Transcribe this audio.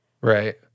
Right